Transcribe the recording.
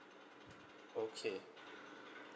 okay